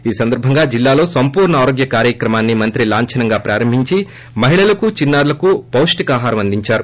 ఈ సందర్భంగా జిల్లాలో సంపూర్ణ ఆరోగ్య కార్యక్రమాన్ని మంత్రి లాంఛనంగా ప్రారంభించి మహిళలకు చిన్నారులకు పోషకాహారాన్ని అందించారు